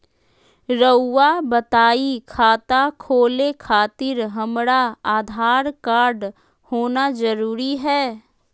रउआ बताई खाता खोले खातिर हमरा आधार कार्ड होना जरूरी है?